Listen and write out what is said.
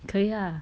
可以 ah